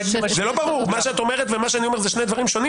מה שאת אומרת ומה שאני אומר זה שני דברים שונים.